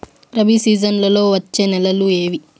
రబి సీజన్లలో వచ్చే నెలలు ఏవి?